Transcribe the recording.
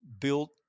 built